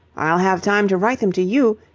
i'll have time to write them to you.